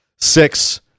six